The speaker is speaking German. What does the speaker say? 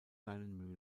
seinen